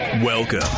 Welcome